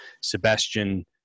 Sebastian